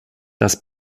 das